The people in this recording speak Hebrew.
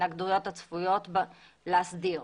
ההתנגדויות הצפויות להסדיר.